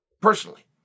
personally